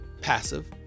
passive